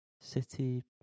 city